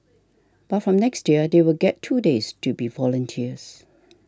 but from next year they will get two days to be volunteers